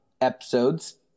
episodes